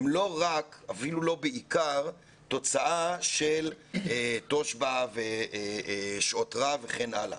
אפילו לא בעיקר תוצאה של תושב"ע ושעות רב וכן הלאה.